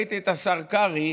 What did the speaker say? ראיתי את השר קרעי